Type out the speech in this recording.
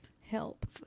help